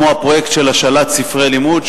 כמו פרויקט של השאלת ספרי לימוד,